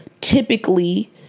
typically